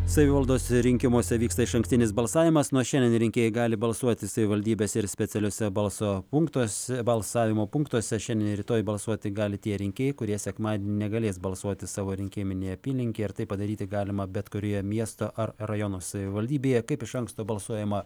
savivaldos rinkimuose vyksta išankstinis balsavimas nuo šiandien rinkėjai gali balsuoti savivaldybėse ir specialiuose balso punktuos balsavimo punktuose šiandien ir rytoj balsuoti gali tie rinkėjai kurie sekmadienį negalės balsuoti savo rinkiminėje apylinkėje ir tai padaryti galima bet kurioje miesto ar rajono savivaldybėje kaip iš anksto balsuojama